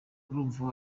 urumva